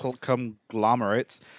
conglomerates